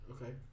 Okay